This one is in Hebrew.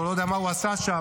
או לא יודע מה הוא עשה שם.